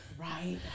Right